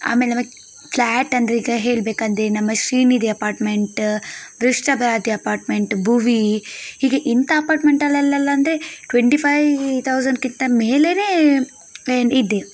ಆಮೇಲೆ ಮತ್ತು ಪ್ಲ್ಯಾಟೆಂದರೆ ಈಗ ಹೇಳ್ಬೇಕಂದರೆ ನಮ್ಮ ಶ್ರೀನಿಧಿ ಅಪಾರ್ಟ್ಮೆಂಟ್ ವೃಶ್ಟಬಾದ್ಯ ಅಪಾರ್ಟ್ಮೆಂಟ್ ಭುವಿ ಹೀಗೆ ಇಂತ ಅಪಾರ್ಟ್ಮೆಂಟಲೆಲ್ಲೆಲ್ಲ ಅಂದರೆ ಟ್ವೆಂಟಿ ಫೈವ್ ತೌಸಂಡ್ಕ್ಕಿಂತ ಮೇಲೆನೇ ಏನು ಇದೆ